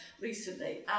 recently